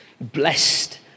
blessed